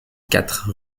quatre